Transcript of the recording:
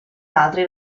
altri